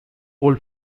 old